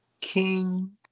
King